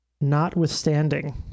Notwithstanding